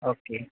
okay